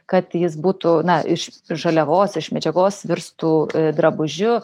kad jis būtų na iš žaliavos iš medžiagos virstų drabužiu